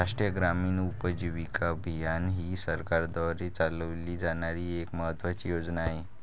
राष्ट्रीय ग्रामीण उपजीविका अभियान ही सरकारद्वारे चालवली जाणारी एक महत्त्वाची योजना आहे